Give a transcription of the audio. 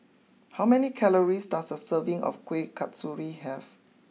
how many calories does a serving of Kuih Kasturi have